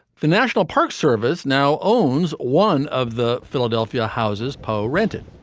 the national park service now owns one of the philadelphia houses. poe renton